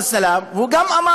אמר: